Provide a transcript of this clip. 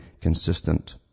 consistent